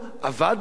רצנו,